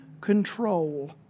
control